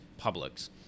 Publix